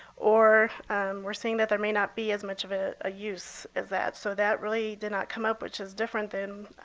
or we're seeing that there may not be as much of a ah use as that. so that really did not come up, which is different than